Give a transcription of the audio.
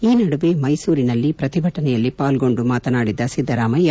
ಈ ನಡುವೆ ಮೈಸೂರಿನಲ್ಲಿ ಪ್ರತಿಭಟನೆಯಲ್ಲಿ ಪಾಲ್ಗೊಂಡು ಮಾತನಾಡಿದ ಸಿದ್ದರಾಮಯ್ಯ